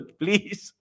please